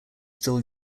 still